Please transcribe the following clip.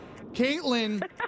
Caitlin